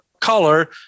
color